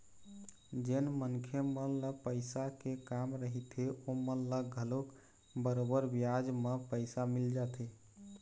जेन मनखे मन ल पइसा के काम रहिथे ओमन ल घलोक बरोबर बियाज म पइसा मिल जाथे